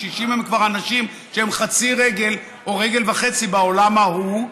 קשישים הם כבר אנשים עם חצי רגל או רגל וחצי בעולם ההוא.